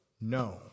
No